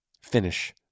Finish